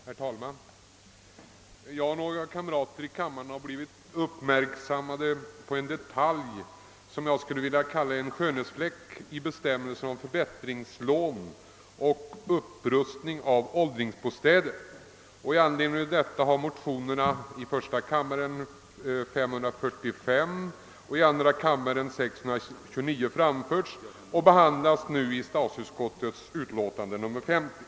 Herr talman! Jag och några kamrater i riksdagen har blivit uppmärksammade på en detalj som jag skulle vilja kalla skönhetsfläck i bestämmelserna om förbättringslån och upprustning av åldringsbostäder. I anledning härav har vi väckt motionerna I: 545 och II: 629 som behandlas i statsutskottets utlåtande nr 50.